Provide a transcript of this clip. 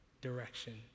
direction